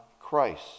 Christ